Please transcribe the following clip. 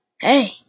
Hey